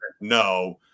no